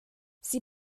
sie